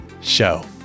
show